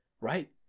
Right